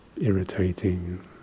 irritating